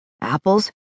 apples